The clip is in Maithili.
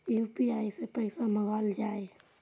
यू.पी.आई सै पैसा मंगाउल जाय?